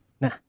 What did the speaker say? Nah